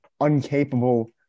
uncapable